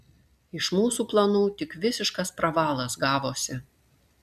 iš mūsų planų tik visiškas pravalas gavosi